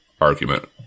argument